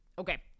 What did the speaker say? Okay